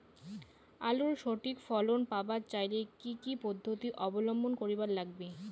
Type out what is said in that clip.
আলুর সঠিক ফলন পাবার চাইলে কি কি পদ্ধতি অবলম্বন করিবার লাগবে?